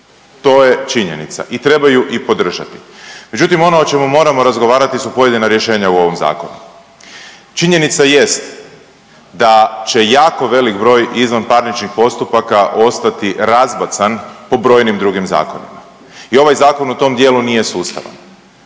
to je činjenica i treba ju i podržati, međutim ono o čemu moramo razgovarati su pojedina rješenja u ovom zakonu. Činjenica jest da će jako velik broj izvanparničnih postupaka ostati razbacan po brojim drugim zakonima i ovaj zakon u tom dijelu nije sustavan.